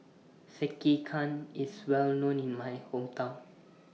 Sekihan IS Well known in My Hometown